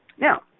Now